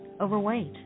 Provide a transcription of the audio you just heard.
overweight